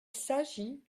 s’agit